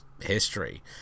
history